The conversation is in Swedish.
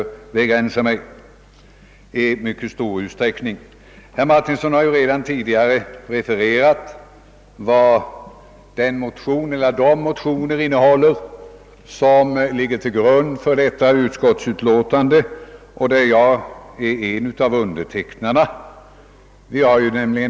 Jag kan därför i mycket stor utsträckning begränsa mitt inlägg. Herr Martinsson har ju redan tidigare refererat innehållet i de motioner som ligger till grund för utlåtandet och som undertecknats av bland andra mig.